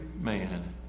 man